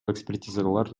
экспертизалар